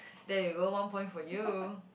there you go one point for you